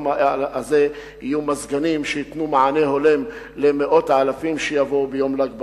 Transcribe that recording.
הזה מזגנים שייתנו מענה הולם למאות האלפים שיבואו ביום ל"ג בעומר.